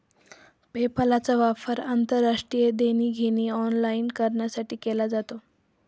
पेपालचा वापर आंतरराष्ट्रीय देणी घेणी ऑनलाइन करण्यासाठी केला जातो